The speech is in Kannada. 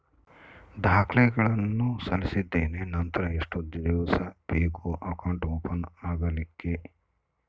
ದಾಖಲೆಗಳನ್ನು ಸಲ್ಲಿಸಿದ್ದೇನೆ ನಂತರ ಎಷ್ಟು ದಿವಸ ಬೇಕು ಅಕೌಂಟ್ ಓಪನ್ ಆಗಲಿಕ್ಕೆ?